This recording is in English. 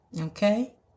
Okay